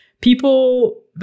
people